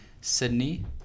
Sydney